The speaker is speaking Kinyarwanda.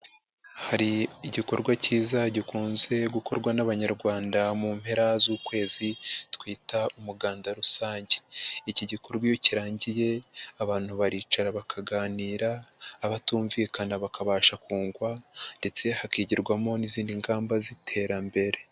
Hari igikorwa kiza gikunze gukorwa n'Abanyarwanda mu mpera z'ukwezi twita Umuganda rusange, iki gikorwa iyo kirangiye abantu baricara bakaganira, abatumvikana bakabasha kugwa ndetse hakigirwamo n'izindi ngamba z'iterambere.